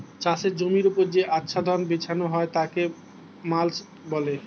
চাষের জমির ওপর যে আচ্ছাদন বিছানো হয় তাকে মাল্চ বলে